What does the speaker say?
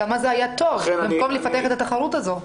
כמה זה היה טוב במקום לפתח את התחרות הזאת.